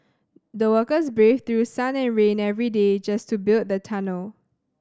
the workers braved through sun and rain every day just to build the tunnel